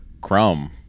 Chrome